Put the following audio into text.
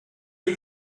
you